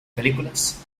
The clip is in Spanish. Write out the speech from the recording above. películas